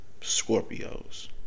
Scorpios